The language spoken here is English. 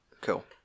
Cool